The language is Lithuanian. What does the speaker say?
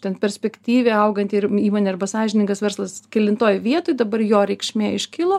ten perspektyviai auganti ir įmonė arba sąžiningas verslas kelintoj vietoj dabar jo reikšmė iškilo